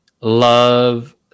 love